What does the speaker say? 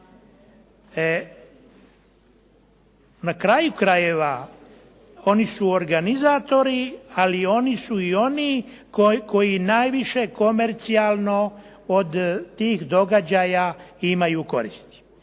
Na kraju krajeva, oni su organizatori, ali oni su i oni koji najviše komercijalno od tih događaja imaju koristi,